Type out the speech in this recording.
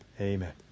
Amen